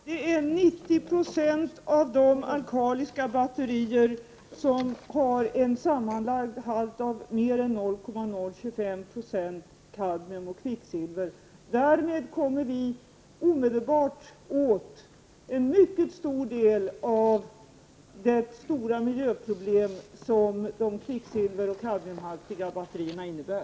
Herr talman! Det är 90 96 av de alkaliska batterier som har en sammanlagd halt av mer än 0,025 26 kadmium och kvicksilver. Därmed kommer vi omedelbart åt en mycket stor del av det stora miljöproblem som de kvicksilveroch kadmiumhaltiga batterierna innebär.